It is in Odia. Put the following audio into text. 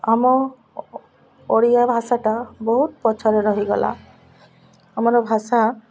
ଆମ ଓଡ଼ିଆ ଭାଷାଟା ବହୁତ ପଛରେ ରହିଗଲା ଆମର ଭାଷା